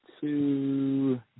two